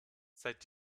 seit